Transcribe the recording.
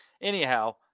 Anyhow